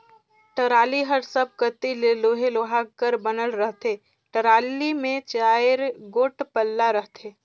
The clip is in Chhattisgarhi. टराली हर सब कती ले लोहे लोहा कर बनल रहथे, टराली मे चाएर गोट पल्ला रहथे